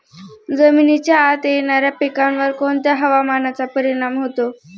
जमिनीच्या आत येणाऱ्या पिकांवर कोणत्या हवामानाचा परिणाम होतो?